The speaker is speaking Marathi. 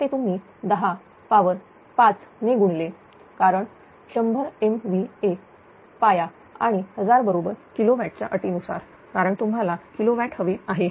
तर ते तुम्ही 10 पावर 5 ने गुणले कारण 100 MVA पाया आणि 1000 बरोबर किलोवॅट च्या अटीनुसार कारण तुम्हाला किलोवॅट हवे आहे